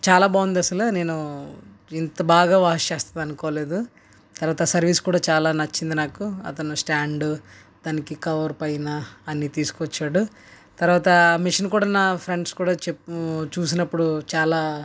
చాలా బాగుంది అసలు నేను ఇంత బాగా వాష్ చేస్తుంది అనుకోలేదు తర్వాత సర్వీస్ కూడా చాలా నచ్చింది నాకు అతను స్టాండ్ దానికి కవర్ పైన అన్ని తీసుకువచ్చాడు తర్వాత మిషన్ కూడా నా ఫ్రెండ్స్ కూడా చెప్పు చూసినప్పుడు చాలా